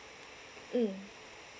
mm